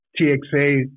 TXA